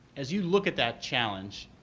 as you look at that challenge,